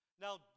Now